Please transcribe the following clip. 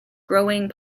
growing